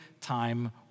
time